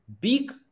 big